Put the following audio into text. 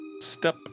Step